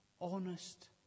honest